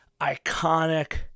iconic